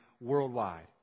worldwide